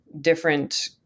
different